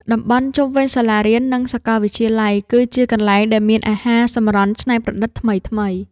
តំបន់ជុំវិញសាលារៀន និងសាកលវិទ្យាល័យ គឺជាកន្លែងដែលមានអាហារសម្រន់ច្នៃប្រឌិតថ្មីៗ។